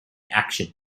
action